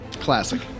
Classic